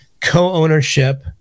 co-ownership